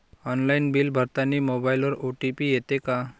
Online bill भरतानी मोबाईलवर OTP येते का?